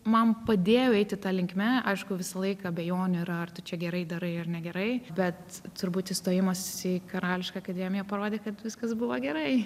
man padėjo eiti ta linkme aišku visą laiką abejonių yra ar tu čia gerai darai ar negerai bet turbūt įstojimas į karališką akademiją parodė kad viskas buvo gerai